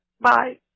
bye